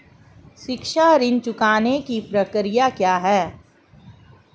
शिक्षा ऋण चुकाने की प्रक्रिया क्या है?